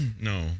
No